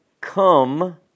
Come